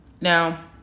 Now